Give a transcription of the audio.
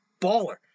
baller